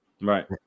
Right